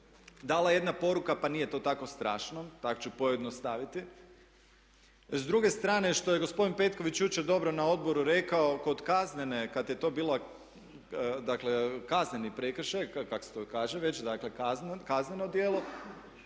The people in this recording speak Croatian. dala jedna poruka pa nije to tako strašno, tako ću pojednostaviti. S druge strane što je gospodin Petković jučer dobro na odboru rekao kod kaznene kada je to bilo, dakle kazneni prekršaj, kako se to kaže već, dakle kazneno djelo